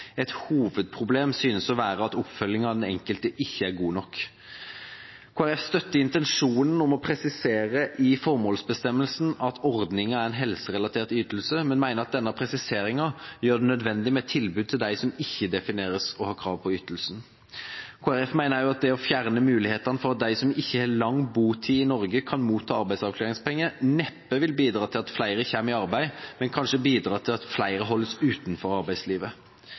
Et hovedproblem synes å være at oppfølgingen av den enkelte ikke er god nok. Kristelig Folkeparti støtter intensjonen om å presisere i formålsbestemmelsen at ordningen er en helserelatert ytelse, men mener at denne presiseringen gjør det nødvendig med et tilbud til dem som ikke defineres å ha krav på ytelsen. Kristelig Folkeparti mener også at det å fjerne mulighetene for at de som ikke har lang botid i Norge, kan motta arbeidsavklaringspenger, neppe vil bidra til at flere kommer i arbeid, men kanskje bidra til at flere holdes utenfor arbeidslivet.